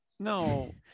no